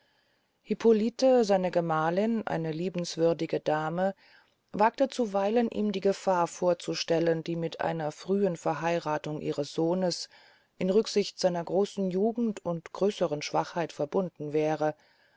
hippolite seine gemahlin eine liebenswürdige dame wagte zuweilen ihm die gefahr vorzustellen die mit einer frühen verheirathung ihres sohnes in rücksicht seiner großen jugend und größeren schwachheit verbunden wäre